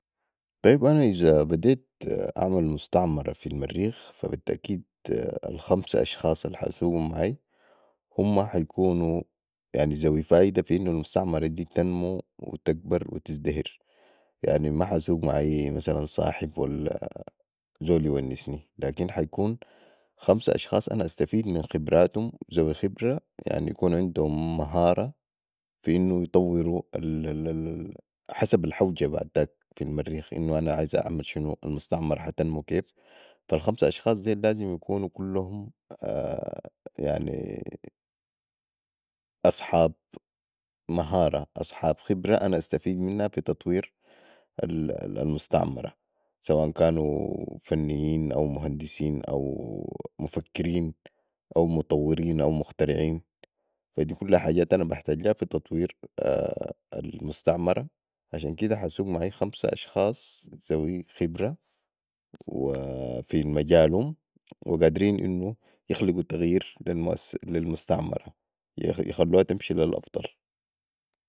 طيب أنا إذا بتيت ابدا أعمل مستعمره في المريخ فا بي التاكيد الخمسه اشخاص الح اسوقم معاي هم ح يكونو زوي فائدة في انو المستعمره دي تنمو وتكبر وتزدهر يعني ما ح اسوق معاي مثلا صاحب ولا زول يونسني لكن ح يكون خمسه أشخاص زوي خبرة يعني ح يكون عندهم مهارة في انو يطورو حسب الحوجه بعداك في المريخ انو أنا عايز أعمل شنو المستعمره ح تنمو كيف فا الخمسه اشخاص ديل لازم يكونو كلهم اصحاب مهارة أصحاب خبره أنا استفيد منها في تطوير المستعمره سوا ان كانو فينين اومهندسين او مفكرين او متطورين او مخترعين فادي كلها حجات أنا بحتاج ليها في تطوير المستعمره عشان كده ح اسوق معاي خمسه أشخاص زوي خبرة في مجالم وقادرين انو يخلقو تغيير لي المستعمره يخلوها تمشي لي الأفضل